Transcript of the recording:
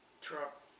truck